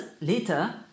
later